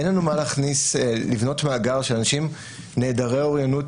אין לנו מה לבנות מאגר של אנשים נעדרי אוריינות